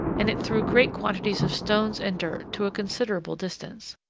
and it threw great quantities of stones and dirt to a considerable distance.